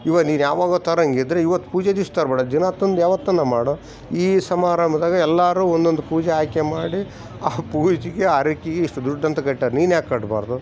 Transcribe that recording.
ಇವಾಗ ನೀನು ಯಾವಾಗ ತರೊಂಗಿದ್ರೆ ಇವತ್ತು ಪೂಜೆ ದಿವಸ ತರಬೇಡ ದಿನ ತಂದು ಯಾವಾತ್ತನ ಮಾಡು ಈ ಸಮಾರಂಭದಾಗ ಎಲ್ಲರು ಒನ್ನೊಂದು ಪೂಜೆ ಆಯ್ಕೆ ಮಾಡಿ ಆ ಪೂಜೆಗೆ ಹರಕೆಗೆ ಇಷ್ಟು ದುಡ್ಡು ಅಂತ ಕಟ್ಯಾರೆ ನೀನ್ಯಾಕೆ ಕಟ್ಬಾರದು